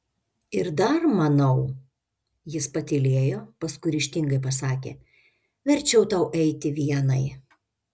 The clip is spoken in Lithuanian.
ir dar manau jis patylėjo paskui ryžtingai pasakė verčiau tau eiti vienai